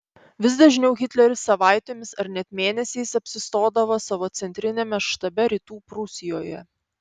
vis dažniau hitleris savaitėmis ar net mėnesiais apsistodavo savo centriniame štabe rytų prūsijoje